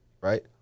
Right